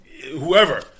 whoever